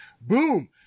Boom